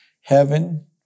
Heaven